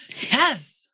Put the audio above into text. Yes